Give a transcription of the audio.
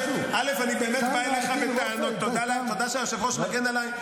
תודה שהיושב-ראש מגן עליי.